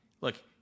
Look